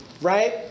right